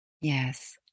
Yes